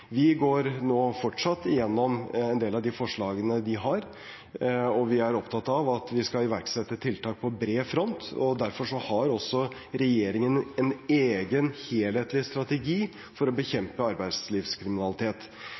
Vi går nå fortsatt igjennom en del av de forslagene de har. Vi er opptatt av at vi skal iverksette tiltak på bred front, og derfor har også regjeringen en egen helhetlig strategi for å bekjempe arbeidslivskriminalitet.